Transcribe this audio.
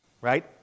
right